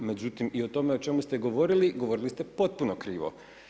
Međutim i o tome o čemu ste govorili, govorili ste potpuno krivo.